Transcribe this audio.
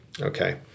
okay